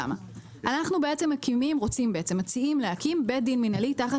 אנחנו מציעים להקים בית דין מנהלי תחת